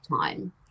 time